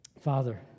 Father